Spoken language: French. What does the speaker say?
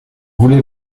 voulez